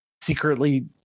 secretly